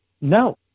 no